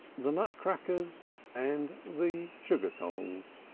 the nutcrackers and the sugar-tongs.